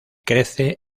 crece